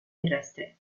terrestre